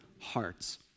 hearts